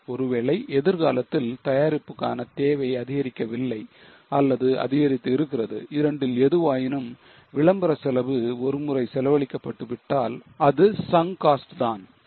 ஒருவேளை எதிர்காலத்தில் தயாரிப்புக்கான தேவை அதிகரிக்கவில்லை அல்லது அதிகரித்திருக்கிறது இரண்டில் எதுவாயினும் விளம்பர செலவு ஒருமுறை செலவழிக்கப்பட்டு விட்டால் அது sunk cost தான் ok